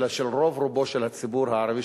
אלא של רוב רובו של הציבור הערבי,